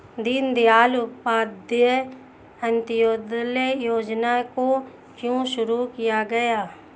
दीनदयाल उपाध्याय अंत्योदय योजना को क्यों शुरू किया गया?